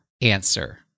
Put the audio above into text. answer